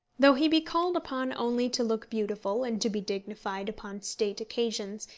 though he be called upon only to look beautiful and to be dignified upon state occasions,